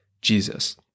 Jesus